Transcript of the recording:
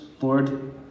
Lord